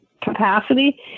capacity